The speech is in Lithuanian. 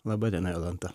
laba diena jolanta